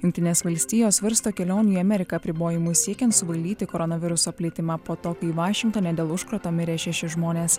jungtinės valstijos svarsto kelionių į ameriką apribojimus siekiant suvaldyti koronaviruso plitimą po to kai vašingtone dėl užkrato mirė šeši žmonės